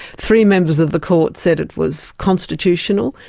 three members of the court said it was constitutional,